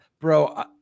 Bro